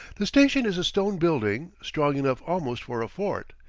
the station is a stone building, strong enough almost for a fort.